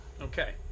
Okay